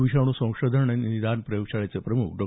विषाणू संशोधन आणि निदान प्रयोगशाळेचे प्रमुख डॉ